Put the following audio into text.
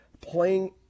playing